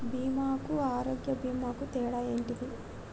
బీమా కు ఆరోగ్య బీమా కు తేడా ఏంటిది?